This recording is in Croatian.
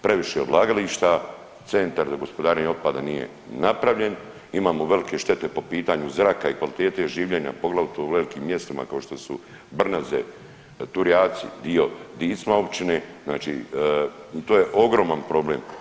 Previše odlagališta, centara za gospodarenje otpadom nije napravljen, imamo velike štete po pitanju zraka i kvalitete življenja poglavito u velikim mjestima kao što su Brnaze, Turijaci dio Dicma općine i to je ogroman problem.